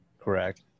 Correct